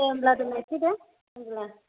दे होमब्ला दोन्नोसै दे होमब्ला